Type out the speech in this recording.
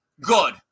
Good